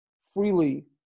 freely